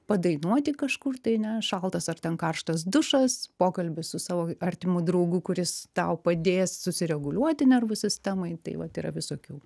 padainuoti kažkur tai ne šaltas ar ten karštas dušas pokalbis su savo artimu draugu kuris tau padės susireguliuoti nervų sistemai tai vat yra visokių